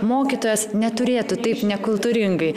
mokytojas neturėtų taip nekultūringai